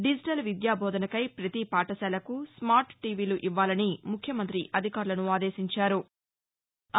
digital విద్యాబోధనకై పతి పాఠశాలకూ స్వార్ టీవీలు ఇవ్వాలని ముఖ్యమంత్రి అధికారులను ఆదేశించారు